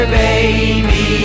baby